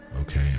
Okay